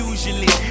Usually